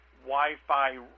Wi-Fi